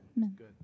Good